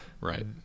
right